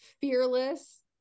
fearless